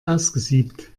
ausgesiebt